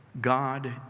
God